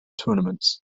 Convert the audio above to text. tournaments